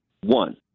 One